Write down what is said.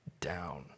down